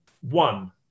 one